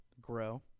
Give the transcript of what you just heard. grow